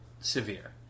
severe